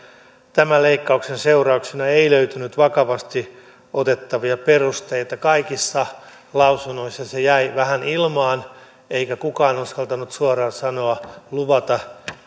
tämän leikkauksen seurauksena ei löytynyt vakavasti otettavia perusteita kaikissa lausunnoissa se jäi vähän ilmaan eikä kukaan uskaltanut suoraan sanoa luvata